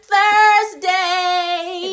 Thursday